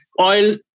oil